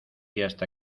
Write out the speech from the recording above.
hasta